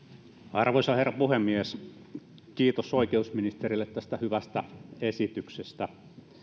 arvoisa herra puhemies kiitos oikeusministerille tästä hyvästä esityksestä